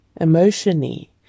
emotionally